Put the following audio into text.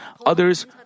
others